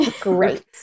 Great